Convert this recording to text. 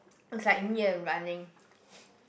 looks like me and running